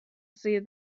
see